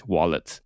Wallet